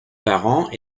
parents